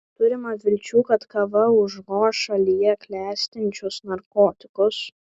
turima vilčių kad kava užgoš šalyje klestinčius narkotikus